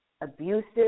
abusive